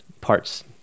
parts